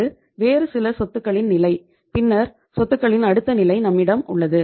இது வேறு சில சொத்துகளின் நிலை பின்னர் சொத்துக்களின் அடுத்த நிலை நம்மிடம் உள்ளது